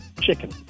Chicken